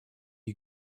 you